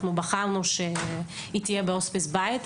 אנחנו בחרנו שהיא תהיה בהוספיס בית.